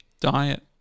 diet